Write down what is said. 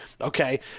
okay